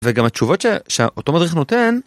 וגם התשובות שאותו מדריך נותן